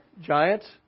Giants